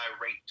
irate